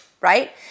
right